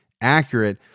accurate